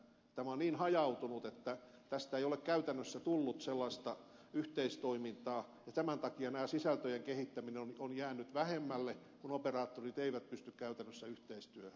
tämä on niin hajautunutta että tässä ei ole käytännössä tullut sellaista yhteistoimintaa ja tämän takia sisältöjen kehittäminen on jäänyt vähemmälle kun operaattorit eivät pysty käytännössä yhteistyöhön